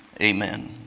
Amen